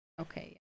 Okay